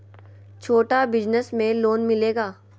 छोटा बिजनस में लोन मिलेगा?